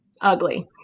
ugly